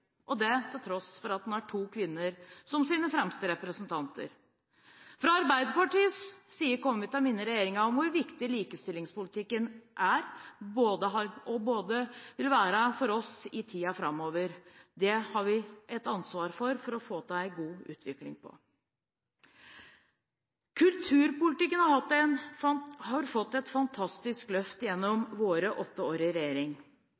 til tross for at den har to kvinner som sine fremste representanter. Vi fra Arbeiderpartiets side kommer til å minne regjeringen på hvor viktig likestillingspolitikken både har vært, er og vil være for oss i tiden framover. Her har vi et ansvar for å få til en god utvikling. Kulturpolitikken har fått et fantastisk løft gjennom våre åtte år i regjering.